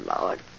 Lord